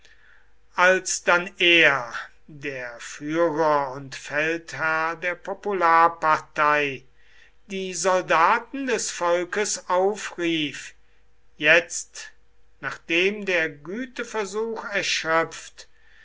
als dann er der führer und feldherr der popularpartei die soldaten des volkes aufrief jetzt nachdem der güteversuch erschöpft